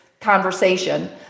conversation